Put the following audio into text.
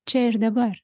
čia ir dabar